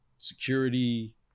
security